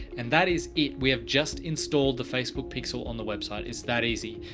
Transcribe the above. and that is it. we have just installed the facebook pixel on the website. it's that easy.